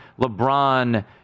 LeBron